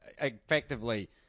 effectively